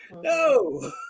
no